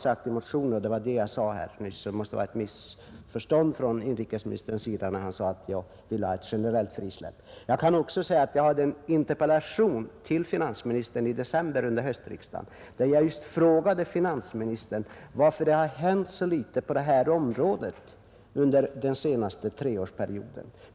Jag hade en interpellation till finansministern i december under höstriksdagen varvid jag just frågade honom varför det hänt så litet på detta område under den senaste treårsperioden.